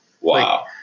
Wow